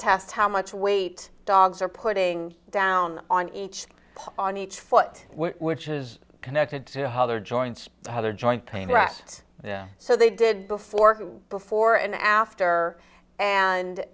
test how much weight dogs are putting down on each on each foot which is connected to how their joints the other joint pain right now so they did before before and after and